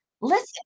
listen